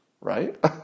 right